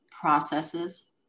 processes